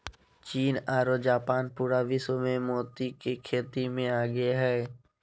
चीन आरो जापान पूरा विश्व मे मोती के खेती मे आगे हय